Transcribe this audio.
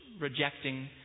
rejecting